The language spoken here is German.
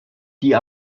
die